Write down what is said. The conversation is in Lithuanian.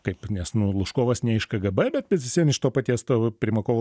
kaip nes nu lužkovas ne iš kgb bet bet vis vien iš to paties to primakovo